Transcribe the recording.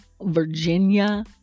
Virginia